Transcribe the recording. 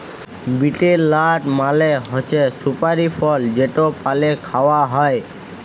betel লাট মালে হছে সুপারি ফল যেট পালে খাউয়া হ্যয়